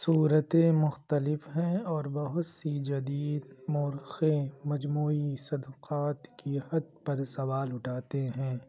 صورتیں مختلف ہیں اور بہت سی جدید مورخیں مجموعی صدقات کی حد پر سوال اٹھاتے ہیں